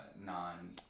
non